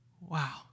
Wow